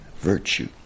virtue